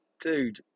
dude